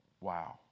Wow